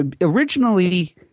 originally –